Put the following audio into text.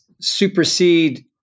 supersede